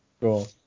cool